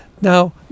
Now